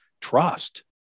trust